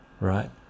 right